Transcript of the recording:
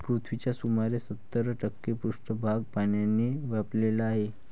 पृथ्वीचा सुमारे सत्तर टक्के पृष्ठभाग पाण्याने व्यापलेला आहे